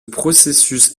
processus